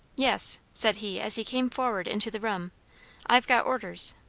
yes, said he as he came forward into the room i've got orders.